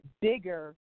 bigger